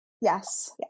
Yes